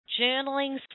journaling